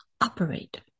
Operate